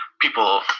people